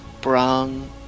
brown